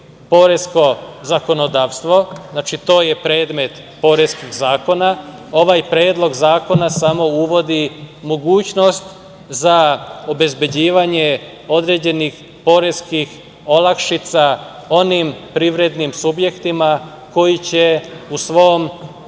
poresko zakonodavstvo, znači to je predmet poreskih zakona. Ovaj Predlog zakona samo uvodi mogućnost za obezbeđivanje određenih poreskih olakšica onim privrednim subjektima koji će u svom